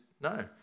No